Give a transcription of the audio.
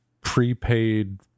prepaid